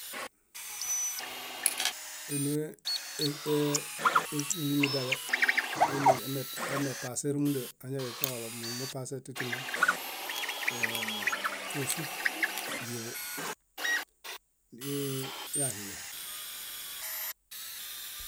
Énoe esunimi dale eimi emepasetiare añadifiaġalo mimupase tiare yásuh ɦieḃo niyaɦie.